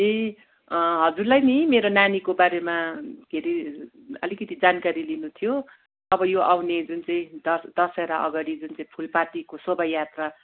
ए हजुरलाई नि मेरो नानीको बारेमा के हरे अलिकिति जानकारी लिनु थियो अब यो आउने जुन चाहिँ दस दसेरा अगाडि जुन चाहिँ फुलपातीको शोभा यात्रा